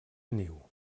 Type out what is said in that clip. niu